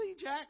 Jack